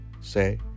say